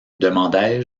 demandai